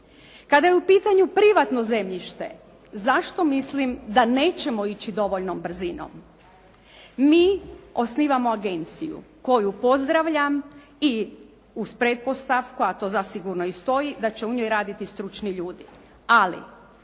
Kada je u pitanju privatno zemljište, zašto mislim da nećemo ići dovoljnom brzinom. Mi osnivamo agenciju koju pozdravljam i uz pretpostavku a to zasigurno i stoji da će u njoj raditi stručni ljudi. Ali